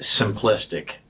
simplistic